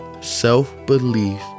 self-belief